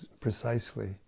precisely